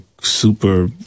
super